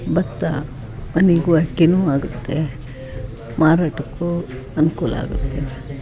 ಭತ್ತ ಮನೆಗೂ ಅಕ್ಕಿನೂ ಆಗುತ್ತೆ ಮಾರಾಟಕ್ಕೂ ಅನುಕೂಲ ಆಗುತ್ತೆ